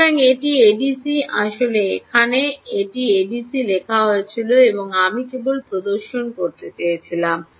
সুতরাং এটি এডিসি আসলে এটি এখানে এডিসি লেখা হয়েছিল এবং আমি কেবল প্রদর্শন করতে চেয়েছিলাম